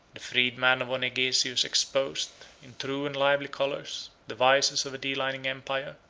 the freedman of onegesius exposed, in true and lively colors, the vices of a declining empire,